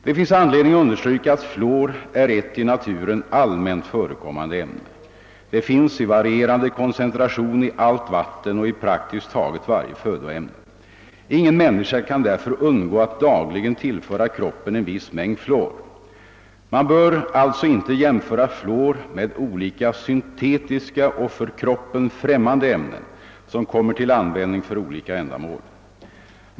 Det är anledning understryka att fluor är ett i naturen allmänt förekommande ämne. Det finns i varierande koncentration i allt vatten och i praktiskt taget varje födoämne. Ingen människa kan därför undgå att dagligen tillföra kroppen en viss mängd fluor. Man bör alltså inte jämföra fluor med olika syntetiska och för kroppen främmande ämnen, som kommer till användning för olika ändamål.